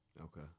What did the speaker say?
Okay